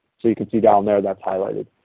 so you can see down there that's highlighted.